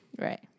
right